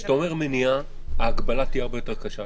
כשאתה אומר מניעה, ההגבלה תהיה הרבה יותר קשה.